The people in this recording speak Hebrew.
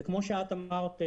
וכפי שאת אמרת,